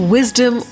Wisdom